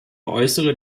äußere